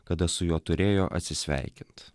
kada su juo turėjo atsisveikint